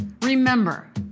remember